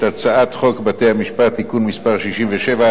הצעת חוק בתי-המשפט (תיקון מס' 69),